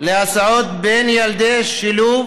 להסעות בין ילדי השילוב